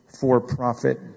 for-profit